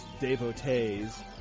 devotees